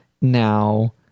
now